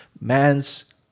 man's